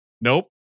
Nope